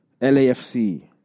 LAFC